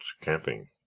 camping